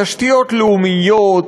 תשתיות לאומיות,